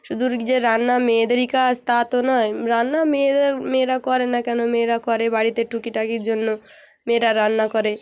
শুধু যে রান্না মেয়েদেরই কাজ তা তো নয় রান্না মেয়েদের মেয়েরা করে না কেন মেয়েরা করে বাড়িতে টুকিটাকির জন্য মেয়েরা রান্না করে